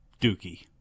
Dookie